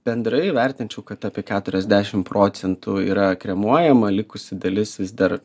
bendrai vertinčiau kad apie keturiasdešim procentų yra kremuojama likusi dalis vis dar